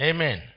Amen